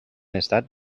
estat